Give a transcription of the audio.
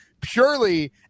purely